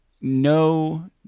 no